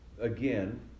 again